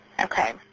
Okay